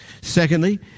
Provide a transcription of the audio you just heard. Secondly